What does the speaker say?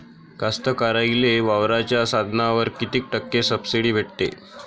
कास्तकाराइले वावराच्या साधनावर कीती टक्के सब्सिडी भेटते?